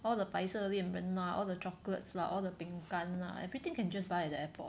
all the 白色恋人 ah all the chocolates lah all the 饼干 lah everything can just buy at the airport